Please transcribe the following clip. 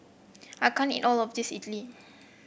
I can't eat all of this Idili